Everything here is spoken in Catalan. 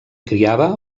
criava